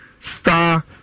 star